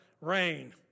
Rain